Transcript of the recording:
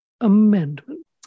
amendment